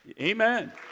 Amen